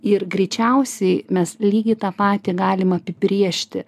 ir greičiausiai mes lygiai tą patį galim apibrėžti